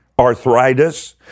arthritis